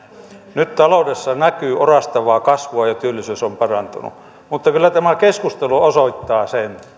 nyt taloudessa näkyy orastavaa kasvua ja työllisyys on parantunut mutta kyllä tämä keskustelu osoittaa sen